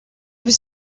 was